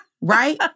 Right